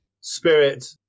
Spirit